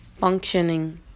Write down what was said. functioning